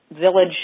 village